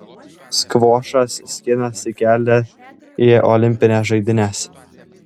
skvošas skinasi kelią į olimpines žaidynes